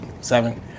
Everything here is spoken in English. seven